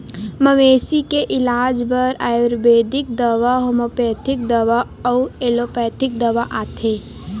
मवेशी के इलाज बर आयुरबेदिक दवा, होम्योपैथिक दवा अउ एलोपैथिक दवा आथे